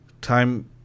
time